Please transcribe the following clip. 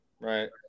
Right